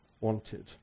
wanted